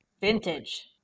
Vintage